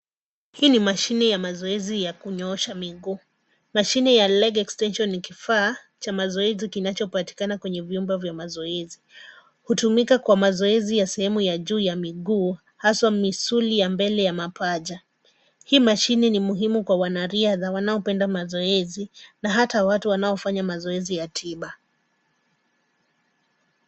Hii ni mashini ya mazoezi ya kunyoosha miguu. Mashini ya leg extension ni kifaa cha mazoezi kinachopatikana kwenye vyumba vya mazoezi. Hutumika kwa mazoezi ya sehemu ya juu ya miguu, haswa misuli ya mbele ya mapaja. Hii mashini ni muhimu kwa wanariadha wanaopenda mazoezi na hata watu wanaofanya mazoezi ya tiba.